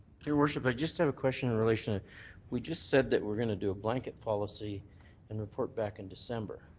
your worship, i just have a question in relation to we just said that we're going to do a blanket policy and report back in december.